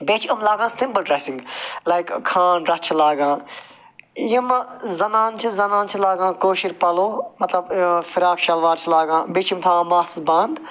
بیٚیہِ چھِ یِم لاگان simple dressing like Khan dress چھِ لاگان یِمہٕ زنانہٕ چھِ زنانہٕ چھِ لاگان کٲشِر پَلَو مطلب فراق شلوار چھِ لاگان بیٚیہِ چھِ یِم تھاوان مَس بَنٛد